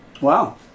Wow